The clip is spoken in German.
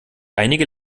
einige